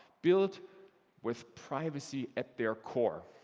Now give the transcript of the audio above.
built with privacy at their core.